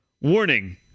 Warning